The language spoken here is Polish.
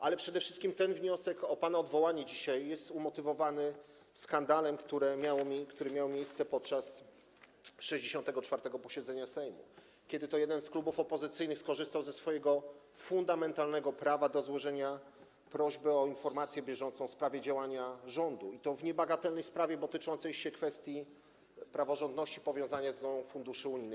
Ale przede wszystkim ten wniosek o pana odwołanie dzisiaj jest umotywowany skandalem, który miał miejsce podczas 64. posiedzenia Sejmu, kiedy to jeden z klubów opozycyjnych skorzystał ze swojego fundamentalnego prawa do złożenia prośby o informację bieżącą w sprawie działania rządu, i to w niebagatelnej, bo tyczącej się kwestii praworządności, powiązania z nią funduszy unijnych.